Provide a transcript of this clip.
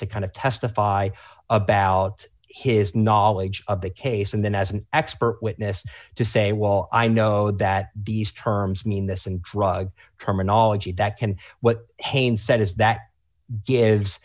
to kind of testify about his knowledge of the case and then as an expert witness to say well i know that these terms mean this in drug terminology that can what haynes said is that gives